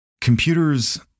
Computers